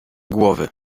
głowy